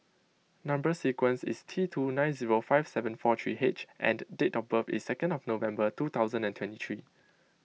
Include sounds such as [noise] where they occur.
Number Sequence is T two nine five seven four three H and date of [unintelligible] is second of November [unintelligible] thousand and twenty three